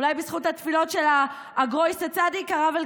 אולי בזכות התפילות של א-גרויסע צדיק הרב קריב?